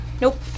Nope